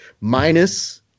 minus